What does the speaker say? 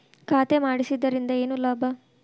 ಖಾತೆ ಮಾಡಿಸಿದ್ದರಿಂದ ಏನು ಲಾಭ?